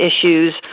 issues